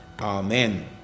Amen